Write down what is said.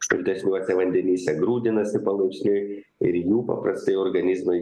skardesniuose vandenyse grūdinasi palaipsniui ir jų paprastai organizmai